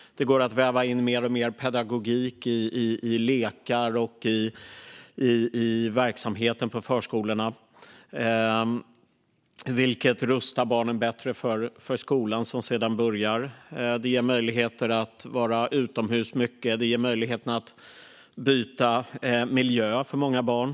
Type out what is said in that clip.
Det går att väva in mer och mer pedagogik i lekar och verksamhet på förskolorna, vilket rustar barnen bättre för att sedan börja i skolan. Det ger möjligheter att vara utomhus mycket och att byta miljö för många barn.